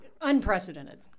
unprecedented